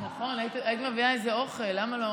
הייתי מביאה לו איזו עוגה.